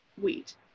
wheat